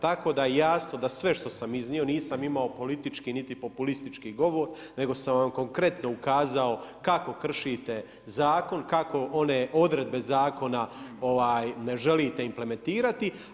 Tako da je jasno da sve što sam iznio nisam imao politički niti populistički govor nego sam vam konkretno ukazao kako kršite zakon, kako one odredbe zakona ne želite implementirati.